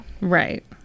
Right